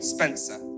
Spencer